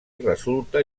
resulta